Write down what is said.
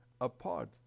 apart